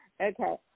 Okay